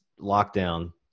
lockdown